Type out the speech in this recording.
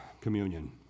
communion